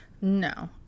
No